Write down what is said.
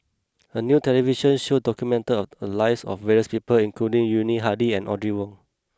a new television show documented the lives of various people including Yuni Hadi and Audrey Wong